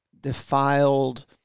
defiled